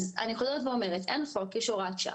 אז אני חוזרת ואומרת, אין חוק יש הוראת שעה.